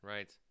Right